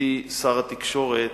ידידי שר התקשורת,